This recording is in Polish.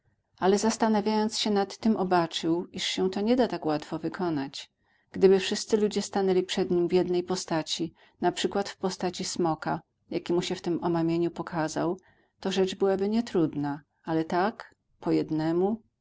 ale zastanawiając się nad tym obaczył iż się to nie da tak łatwo wykonać gdyby wszyscy ludzie stanęli przed nim w jednej postaci na przykład w postaci smoka jaki mu się w tym omamieniu pokazał to rzecz byłaby nietrudna ale tak po jednemu